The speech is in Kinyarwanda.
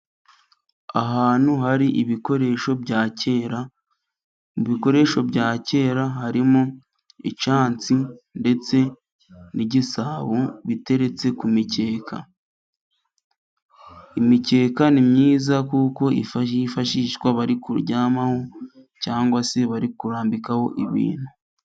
Ahantu hari ibikoresho bya kera, mu bikoresho bya kera harimo icyansi ndetse n'igisabo biteretse ku mikeka. Imikeka ni myiza kuko yishishwa bari kuryamaho, cyangwa se bari kurambikaho ibintu.